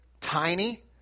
tiny